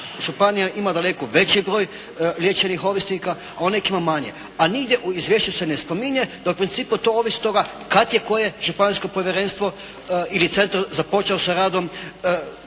županijama ima daleko veći broj liječenih ovisnika a u nekim manje. A nigdje u izvješću se ne spominje da u principu to ovisi od toga kad je koje Županijsko povjerenstvo ili centar započeo sa radom, koje